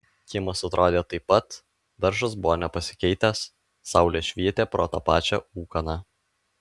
kiemas atrodė taip pat daržas buvo nepasikeitęs saulė švietė pro tą pačią ūkaną